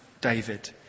David